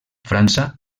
frança